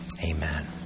Amen